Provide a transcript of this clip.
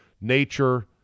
nature